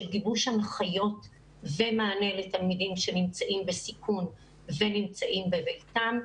גיבוש הנחיות ומענה לתלמידים שנמצאים בסיכון ונמצאים בביתם.